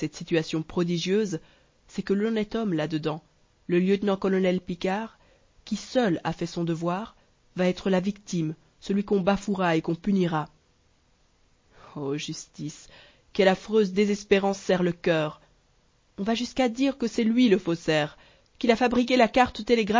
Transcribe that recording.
situation prodigieuse est que l'honnête homme là dedans le lieutenant-colonel picquart qui seul a fait son devoir va être la victime celui qu'on bafouera et qu'on punira o justice quelle affreuse désespérance serre le coeur on va jusqu'à dire que c'est lui le faussaire qu'il a fabriqué la